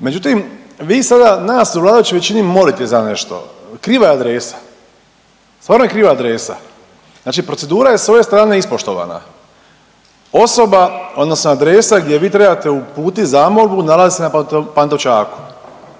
Međutim, vi sada nas u vladajućoj većini molite za nešto. Kriva je adresa. Stvarno je kriva adresa. Znači procedura je s ove strane ispoštovna. Osoba odnosno adresa gdje vi trebate uputiti zamolbu nalazi se na Pantovčaku.